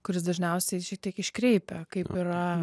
kuris dažniausiai šiek tiek iškreipia kaip yra